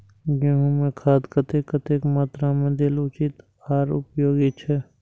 गेंहू में खाद कतेक कतेक मात्रा में देल उचित आर उपयोगी छै?